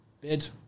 bid